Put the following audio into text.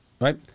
right